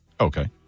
Okay